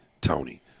Tony